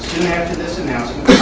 after this announcement,